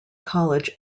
college